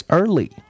early